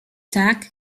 tak